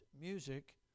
music